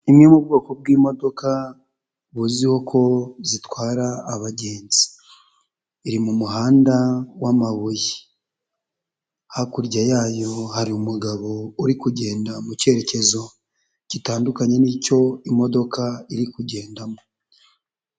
Imwe mu bwoko bw'imodoka buzwiho ko zitwara abagenzi, iri mu muhanda w'amabuye hakurya yayo hari umugabo uri kugenda mu cyerekezo gitandukanye n'icyo imodoka iri kugendamo.